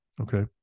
okay